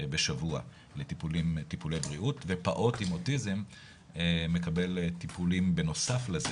בשבוע לטיפולי בריאות ופעוט עם אוטיזם מקבל טיפולים בנוסף לזה,